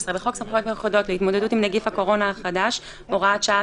15. בחוק סמכויות מיוחדות להתמודדות עם נגיף הקורונה החדש (הוראת שעה),